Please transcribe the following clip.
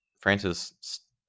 Francis